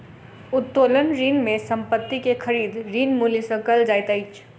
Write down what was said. उत्तोलन ऋण में संपत्ति के खरीद, ऋण मूल्य सॅ कयल जाइत अछि